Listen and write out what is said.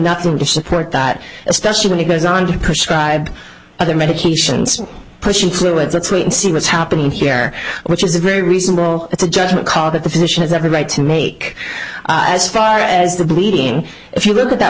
nothing to support that especially when he goes on to prescribe other medications pushing fluids let's wait and see what's happening here which is a very reasonable it's a judgment call that the physician has every right to make as far as the bleeding if you look at that